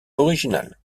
original